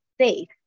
safe